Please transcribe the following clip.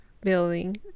building